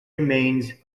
remains